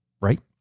right